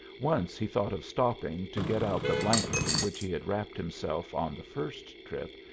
once he thought of stopping to get out the blanket in which he had wrapped himself on the first trip,